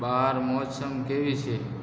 બહાર મોસમ કેવી છે